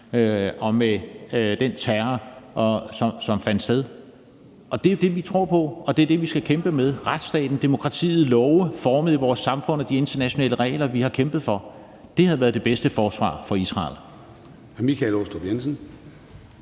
og med den terror, som fandt sted. Det er det, vi tror på, og det er det, vi skal kæmpe med: retsstaten, demokratiet, love formet af vores samfund og de internationale regler, vi har kæmpet for. Det havde været det bedste forsvar for Israel.